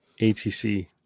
ATC